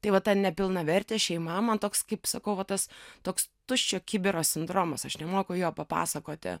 tai va ta nepilnavertė šeima man toks kaip sakau va tas toks tuščio kibiro sindromas aš nemoku jo papasakoti